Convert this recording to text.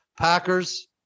Packers